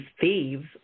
thieves